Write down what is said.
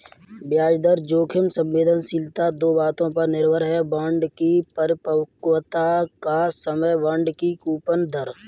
ब्याज दर जोखिम संवेदनशीलता दो बातों पर निर्भर है, बांड की परिपक्वता का समय, बांड की कूपन दर